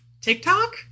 TikTok